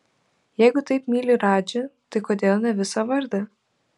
jeigu taip myli radžį tai kodėl ne visą vardą